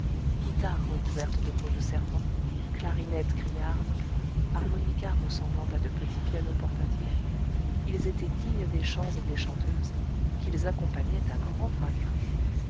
guitares recouvertes de peaux de serpent clarinettes criardes harmonicas ressemblant à de petits pianos portatifs ils étaient dignes des chants et des chanteuses qu'ils accompagnaient à grand fracas